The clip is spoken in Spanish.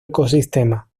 ecosistema